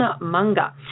Manga